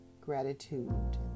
gratitude